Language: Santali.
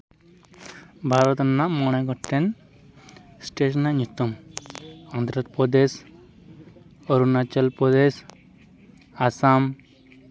ᱵᱷᱟᱨᱚᱛ ᱨᱮᱱᱟᱜ ᱢᱚᱬᱮ ᱜᱚᱴᱮᱱ ᱮᱥᱴᱮᱴ ᱨᱮᱱᱟᱜ ᱧᱩᱛᱩᱢ ᱚᱱᱫᱷᱨᱚᱯᱨᱚᱫᱮᱥ ᱚᱨᱩᱱᱟᱪᱚᱞᱯᱨᱚᱫᱮᱥ ᱟᱥᱟᱢ